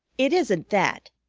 it isn't that,